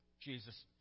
Jesus